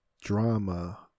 drama